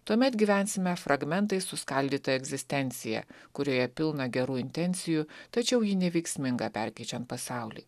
tuomet gyvensime fragmentais suskaldyta egzistencija kurioje pilna gerų intencijų tačiau ji neveiksminga perkeičiant pasaulį